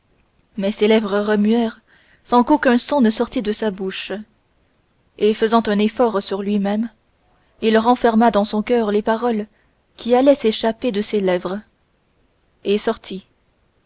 mais ses lèvres remuèrent sans qu'aucun son sortît de sa bouche et faisant un effort sur lui-même il renferma dans son coeur les paroles qui allaient s'échapper de ses lèvres et sortit